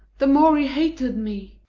the more he hateth me.